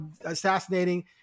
assassinating